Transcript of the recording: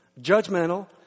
judgmental